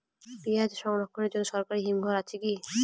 পিয়াজ সংরক্ষণের জন্য সরকারি হিমঘর আছে কি?